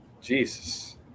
Jesus